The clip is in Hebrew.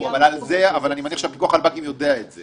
אני מניח שהפיקוח על הבנקים יודע את זה.